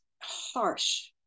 harsh